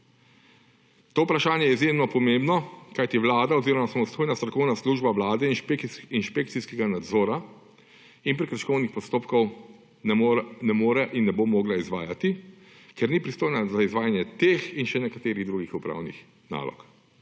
To vprašanje je izjemno pomembno, kajti Vlada oziroma samostojna strokovna služba Vlade inšpekcijskega nadzora in prekrškovnih postopkov ne more in ne bo mogla izvajati, ker ni pristojna za izvajanje teh in še nekaterih drugih upravnih nalog.